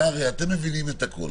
אתם מבינים את הכול,